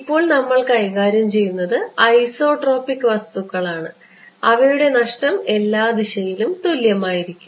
ഇപ്പോൾ നമ്മൾ കൈകാര്യം ചെയ്യുന്നത് ഐസോട്രോപിക് വസ്തുക്കളാണ് അവയുടെ നഷ്ടം എല്ലാ ദിശയിലും തുല്യമായിരിക്കും